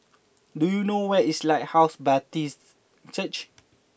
do you know where is Lighthouse Baptist Church